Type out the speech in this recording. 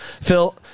Phil